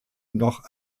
noch